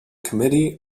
committee